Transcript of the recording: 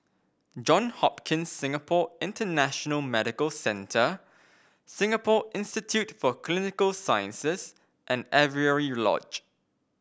John Hopkins Singapore International Medical Centre Singapore Institute for Clinical Sciences and Avery Lodge